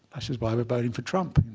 this is why we're voting for trump.